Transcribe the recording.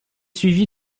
suivie